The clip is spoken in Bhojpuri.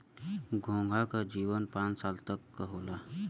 घोंघा क जीवन पांच साल तक क होला